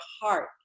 heart